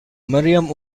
mariam